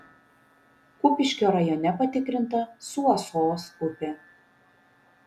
kupiškio rajone patikrinta suosos upė